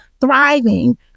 thriving